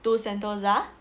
to sentosa